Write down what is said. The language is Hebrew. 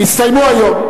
הסתיימו היום.